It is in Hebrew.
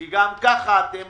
כי גם כך אתם